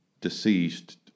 deceased